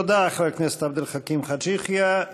תודה, חבר הכנסת עבד אל חכים חאג' יחיא.